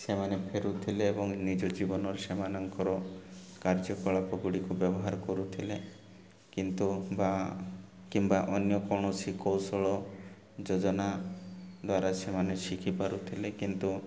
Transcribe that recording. ସେମାନେ ଫେରୁଥିଲେ ଏବଂ ନିଜ ଜୀବନର ସେମାନଙ୍କର କାର୍ଯ୍ୟକଳାପ ଗୁଡ଼ିକୁ ବ୍ୟବହାର କରୁଥିଲେ କିନ୍ତୁ ବା କିମ୍ବା ଅନ୍ୟ କୌଣସି କୌଶଳ ଯୋଜନା ଦ୍ୱାରା ସେମାନେ ଶିଖି ପାରୁଥିଲେ କିନ୍ତୁ